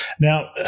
Now